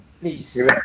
Please